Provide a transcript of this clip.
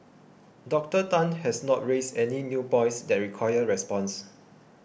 Doctor Tan has not raised any new points that require response